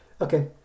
okay